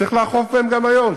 צריך לאכוף בהם גם היום.